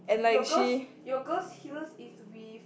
your girls your girls heels is with